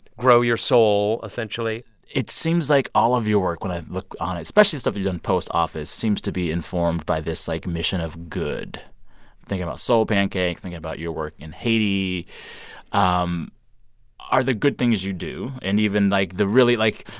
grow your soul, essentially it seems like all of your work when i look on it, especially the stuff you've done post office, seems to be informed by this, like, mission of good thinking about soulpancake, thinking about your work in haiti um are the good things you do, and even, like, the really like,